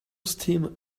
steam